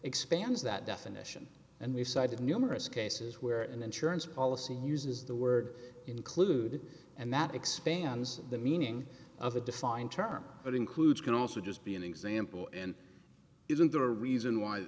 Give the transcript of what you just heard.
expands that definition and we've cited numerous cases where an insurance policy uses the word include and that expands the meaning of a defined term but includes can also just be an example and isn't there a reason why